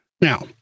now